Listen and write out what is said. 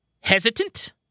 hesitant